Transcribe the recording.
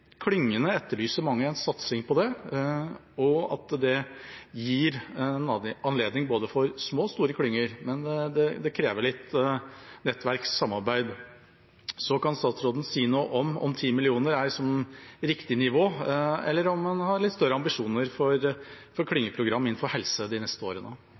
klyngene etterlyser mange en satsing på det, at det gir en anledning både for små og for store klynger, men det krever litt nettverkssamarbeid. Kan statsråden si noe om hvorvidt 10 mill. kr er et riktig nivå, eller om hun har litt større ambisjoner for klyngeprogram innenfor helse de neste årene?